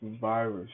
virus